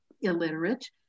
illiterate